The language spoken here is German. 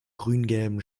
grüngelben